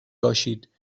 باشید